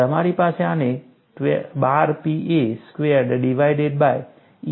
તમારી પાસે આને 12 Pa squared divided by EBh cubed છે